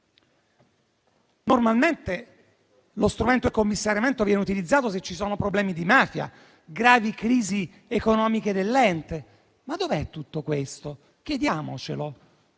Normalmente, lo strumento del commissariamento viene utilizzato se ci sono problemi di mafia, gravi crisi economiche dell'ente. Ma dov'è tutto questo? Chiediamocelo.